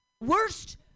Worst